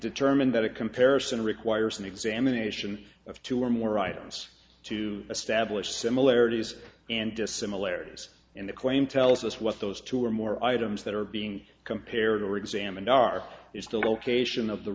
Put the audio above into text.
determined that a comparison requires an examination of two or more items to establish similarities and dissimilarities in the claim tells us what those two or more items that are being compared or examined are still cation of the